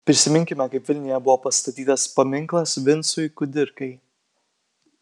prisiminkime kaip vilniuje buvo pastatytas paminklas vincui kudirkai